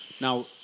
Now